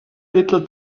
little